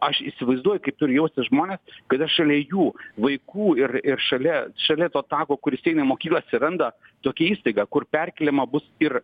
aš įsivaizduoju kaip turi jaustis žmonės kada šalia jų vaikų ir ir šalia šalia to tako kuris eina į mokyklą atsiranda tokia įstaiga kur perkeliama bus ir